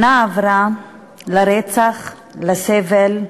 שנה עברה לרצח, לסבל,